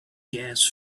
gas